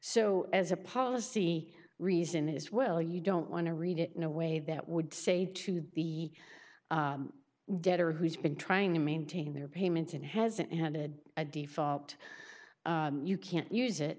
so as a policy reason as well you don't want to read it in a way that would say to the debtor who's been trying to maintain their payments and hasn't had a default you can't use it